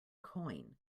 coin